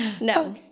No